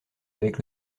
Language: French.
avec